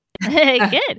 Good